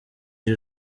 iri